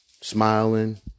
smiling